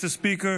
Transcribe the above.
תודה רבה,